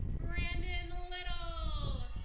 brandon little.